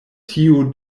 tiu